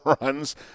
runs